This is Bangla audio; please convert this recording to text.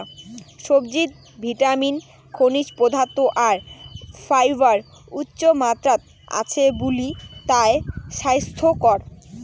সবজিত ভিটামিন, খনিজ পদার্থ আর ফাইবার উচ্চমাত্রাত আছে বুলি তায় স্বাইস্থ্যকর